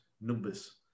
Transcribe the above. numbers